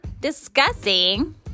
discussing